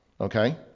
okay